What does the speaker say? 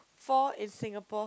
for in Singapore